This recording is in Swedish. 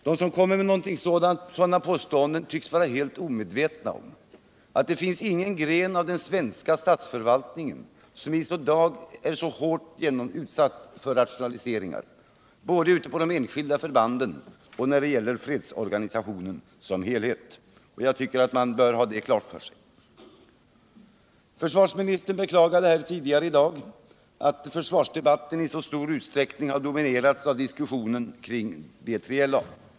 De som kommer med detta påstående tycks vara helt omedvetna om att det inte finns någon gren av den svenska statsförvaltningen som i lika hög grad som försvaret är utsatt för rationaliseringar, både på enskilda förband och när det gäller fredsorganisationen som helhet. Jag tycker att man bör ha det klart för sig. Försvarsministern beklagade tidigare i dag att försvarsdebatten i så stor utsträckning har dominerats av diskussionen om B3LA.